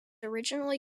originally